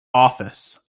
office